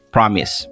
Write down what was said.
Promise